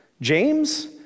James